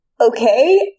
Okay